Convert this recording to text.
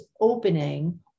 opening